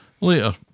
Later